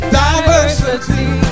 diversity